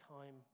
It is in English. time